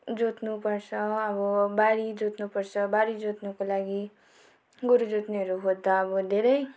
जोत्नुपर्छ अब बारी जोत्नुपर्छ बारी जोत्नुको लागि गोरु जोत्नेहरू खोज्दा अब धेरै